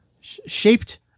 shaped